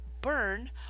burn